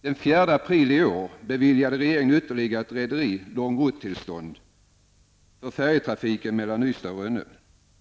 Den 4 april i år beviljade regeringen ytterligare ett rederi långruttillstånd för färjetrafiken mellan Ystad och Rönne.